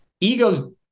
egos